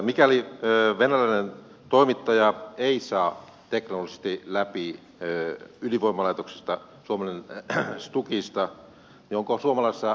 mikäli venäläinen toimittaja ei saa teknologisesti läpi ydinvoimalaitosta stukista niin onko suomalaisella osaamisella mahdollista paikata tätä asiaa